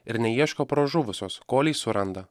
ir neieško pražuvusios kol jį suranda